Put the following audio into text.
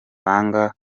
kubabarira